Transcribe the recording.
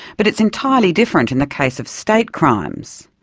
but it's entirely different in the case of state crimes.